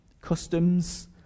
customs